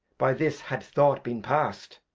by this had thought been past.